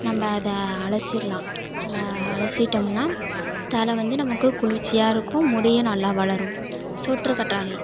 நம்ம அதை அலசிடலாம் அதை அலசிட்டோம்னால் தலை வந்து நமக்கு குளிர்ச்சியாகருக்கும் முடியும் நல்லா வளரும் சோற்றுக்கற்றாழை